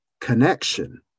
connection